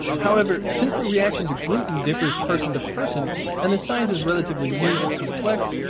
however, since the reaction to gluten differs person to person and the science is relatively new and complex,